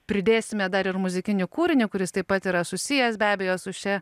pridėsime dar ir muzikinį kūrinį kuris taip pat yra susijęs be abejo su šia